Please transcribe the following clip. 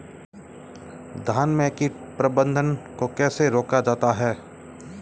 धान में कीट प्रबंधन को कैसे रोका जाता है?